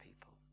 people